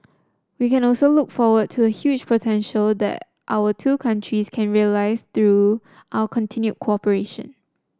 we can also look forward to the huge potential that our two countries can realise through our continued cooperation